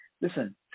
listen